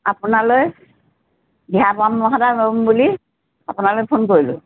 আপোনালৈ দিহা পৰামৰ্শ এটা ল'ম বুলি আপোনালৈ ফোন কৰিলোঁ